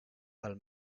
pel